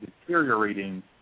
deteriorating